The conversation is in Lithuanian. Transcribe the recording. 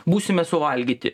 būsime suvalgyti